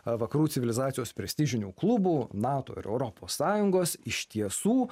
vakarų civilizacijos prestižinių klubų nato ir europos sąjungos iš tiesų